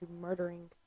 murdering